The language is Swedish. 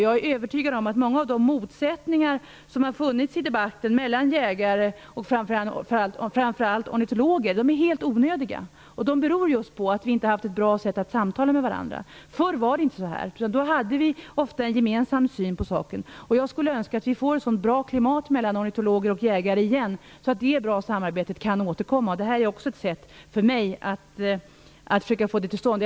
Jag är övertygad om att många av de motsättningar som har funnits i debatten mellan jägare och framför allt ornitologer är helt onödiga. De beror just på att vi inte har haft ett bra sätt att samtala med varandra. Förr var det inte så; då hade vi ofta en gemensam syn på saken. Jag skulle önska att vi på nytt fick ett så bra klimat mellan ornitologer och jägare att detta goda samarbetet kunde återkomma. Det här ett sätt för mig att försöka få detta till stånd.